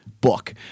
book